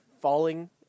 falling